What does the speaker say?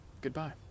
Goodbye